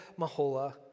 Mahola